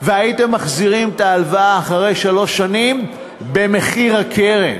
והייתם מחזירים את ההלוואה אחרי שלוש שנים במחיר הקרן,